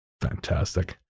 Fantastic